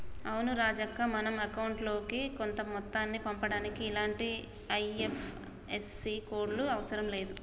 అవును రాజక్క మనం అకౌంట్ లోకి కొంత మొత్తాన్ని పంపుటానికి ఇలాంటి ఐ.ఎఫ్.ఎస్.సి కోడ్లు అవసరం లేదు